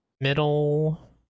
middle